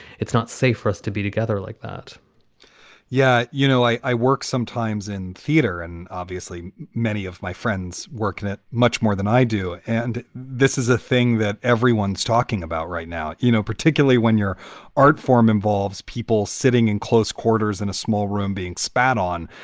it's not safe for us to be together like that yeah. you know, i work sometimes in theater and obviously many of my friends work in it much more than i do. and this is a thing that everyone's talking about right now. you know, particularly when your art form involves people sitting in close quarters in a small room being spat on.